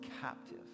captive